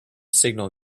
signal